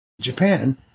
Japan